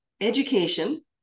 education